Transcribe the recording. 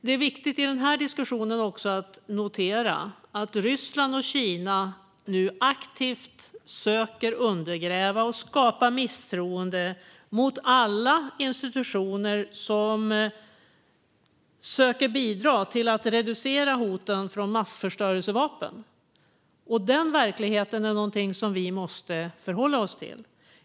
Det är viktigt i denna diskussion att notera att Ryssland och Kina nu aktivt försöker undergräva och skapa misstroende mot alla institutioner som försöker bidra till att reducera hoten från massförstörelsevapen. Den verkligheten är något som vi måste förhålla oss till.